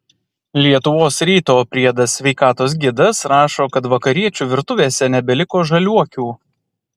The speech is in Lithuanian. lietuvos ryto priedas sveikatos gidas rašo kad vakariečių virtuvėse nebeliko žaliuokių